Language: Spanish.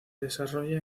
desarrolla